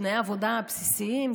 תנאי העבודה הבסיסיים,